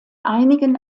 einigen